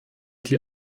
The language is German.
die